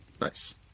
Nice